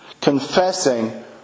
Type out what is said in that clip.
confessing